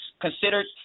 considered